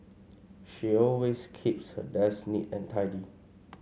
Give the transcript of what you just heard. she always keeps her desk neat and tidy